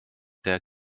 der